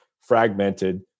fragmented